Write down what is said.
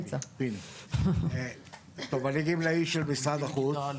טוב, אז אני גמלאי של משרד החוץ,